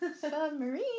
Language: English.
submarine